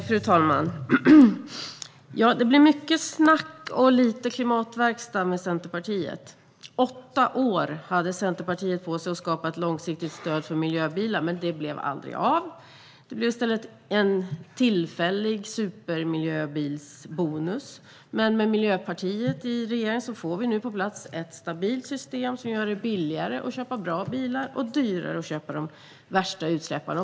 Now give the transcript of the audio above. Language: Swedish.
Fru talman! Det blir mycket snack och lite klimatverkstad med Centerpartiet. Åtta år hade Centerpartiet på sig att skapa ett långsiktigt stöd för miljöbilar, men det blev aldrig av. Det blev i stället en tillfällig supermiljöbilsbonus. Med Miljöpartiet i regeringen får vi nu ett stabilt system på plats som gör det billigare att köpa bra bilar och dyrare att köpa de värsta utsläpparna.